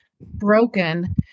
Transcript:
broken